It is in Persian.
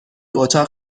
اتاق